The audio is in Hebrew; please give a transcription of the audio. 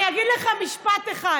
את לא מאמינה למה שאת אומרת.